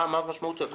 מה המשמעות של זה?